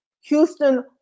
Houston